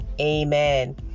Amen